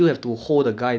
I think quite cool